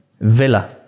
villa